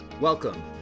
Welcome